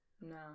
No